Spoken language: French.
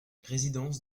résidence